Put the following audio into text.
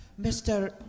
Mr